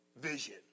vision